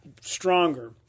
stronger